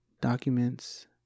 documents